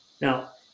Now